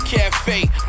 Cafe